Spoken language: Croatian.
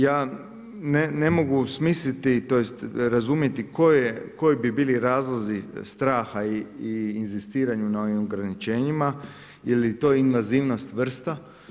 Ja ne mogu smisliti, tj. razumjeti koji bi bili razlozi straha i inzistiranju na ovim ograničenjima ili je to invanzivnost vrsta.